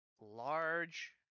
large